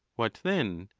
what then!